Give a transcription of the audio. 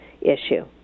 issue